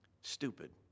stupid